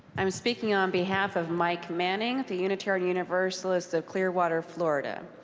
i'm speaking on behalf of mike manning at the unitarian universalist of clear water, florida.